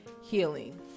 healing